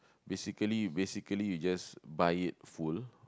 basically basically you just buy it full